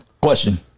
question